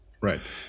Right